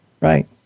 Right